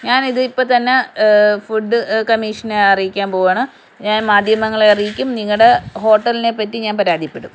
ഞാൻ ഇത് ഇപ്പം തന്നെ ഫുഡ് കമ്മീഷനെ അറിയിക്കാൻ പോവുകയാണ് ഞാൻ മാധ്യമങ്ങളെ അറിയിക്കും നിങ്ങളുടെ ഹോട്ടലിനെ പറ്റി ഞാൻ പരാതിപ്പെടും